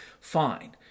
fine